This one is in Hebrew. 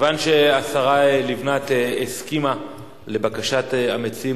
מכיוון שהשרה לבנת הסכימה לבקשת המציעים